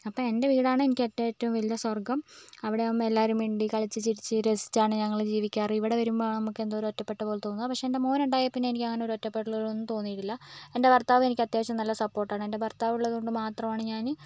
അപ്പോൾ എൻ്റെ വീടാണ് എനിക്ക് ഏറ്റവും വലിയ സ്വർഗ്ഗം അവിടെയാകുമ്പോൾ എല്ലാവരും മിണ്ടി കളിച്ച് രസിച്ചാണ് ഞങ്ങൾ ജീവിക്കാറ് ഇവിടെ വരുമ്പോൾ നമുക്ക് എന്തോ ഒറ്റപ്പെട്ട പോലെ തോന്നുക പക്ഷേ എൻ്റെ മോൻ ഉണ്ടായപ്പോൾ എനിക്ക് ഒറ്റപ്പെട്ട പോലെ തോന്നിയിട്ടില്ല എൻ്റെ ഭർത്താവ് എനിക്ക് അത്യാവശ്യം നല്ല സപ്പോർട്ട് ആണ് എൻ്റെ ഭർത്താവ് ഉള്ളത് കൊണ്ട് മാത്രമാണ് ഞാൻ